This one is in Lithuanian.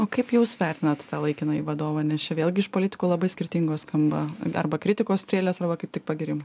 o kaip jūs vertinat tą laikinąjį vadovą nes čia vėlgi iš politikų labai skirtingos skamba arba kritikos strėles arba kaip tik pagyrimai